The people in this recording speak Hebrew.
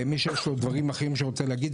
מי שיש לו דברים אחרים שהוא רוצה להגיד,